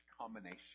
combination